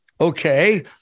Okay